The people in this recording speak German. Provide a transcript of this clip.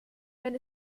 wenn